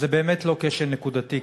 אז זה באמת לא כשל נקודתי,